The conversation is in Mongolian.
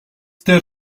дээр